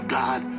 god